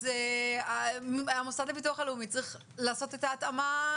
אז המוסד לביטוח צריך לעשות את ההתאמה,